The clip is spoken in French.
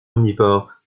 omnivores